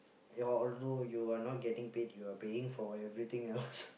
your although you are not getting paid you are paying for everything else~